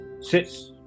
Six